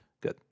Good